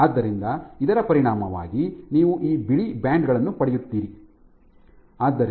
ಆದ್ದರಿಂದ ಇದರ ಪರಿಣಾಮವಾಗಿ ನೀವು ಈ ಬಿಳಿ ಬ್ಯಾಂಡ್ ಗಳನ್ನು ಪಡೆಯುತ್ತೀರಿ